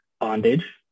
bondage